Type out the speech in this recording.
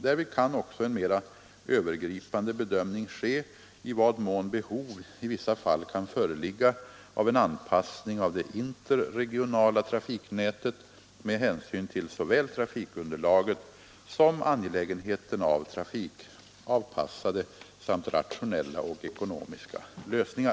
Därvid kan också en mera övergripande bedömning ske i vad mån behov i vissa fall kan föreligga av en anpassning av det interregionala trafiknätet med hänsyn till såväl trafikunderlaget som angelägenheten av trafikavpassade samt rationella och ekonomiska lösningar.